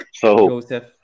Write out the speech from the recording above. Joseph